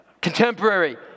contemporary